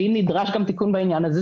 ואם נדרש גם תיקון בעניין הזה,